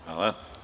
Hvala.